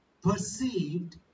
perceived